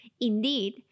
Indeed